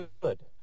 good